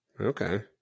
Okay